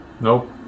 Nope